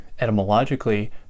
etymologically